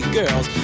girls